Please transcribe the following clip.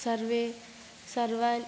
सर्वे सर्वान्